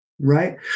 right